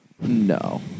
No